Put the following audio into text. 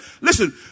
Listen